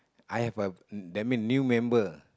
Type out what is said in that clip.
I have a that mean new member